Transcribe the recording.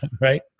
right